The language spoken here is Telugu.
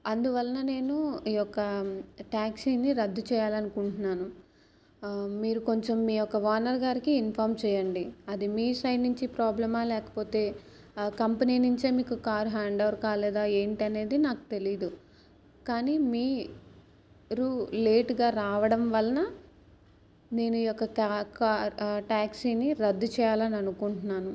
అందువలన నేను ఈ యొక్క ట్యాక్సీని రద్దు చేయాలి అనుకుంటున్నాను మీరు కొంచెం మీ యొక్క ఓనర్ గారికి ఇన్ఫార్మ్ చేయండి అది మీ సైడ్ నుంచి ప్రాబ్లమ్ ఆ లేకపోతే కంపెనీ నుంచే మీకు కార్ హ్యాండోవర్ కాలేదా ఏంటి అనేది నాకు తెలియదు కానీ మీ రు లేటుగా రావడం వలన నేను ఈ యొక కార్ ట్యాక్సీని రద్దు చేయాలని అనుకుంటున్నాను